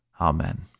Amen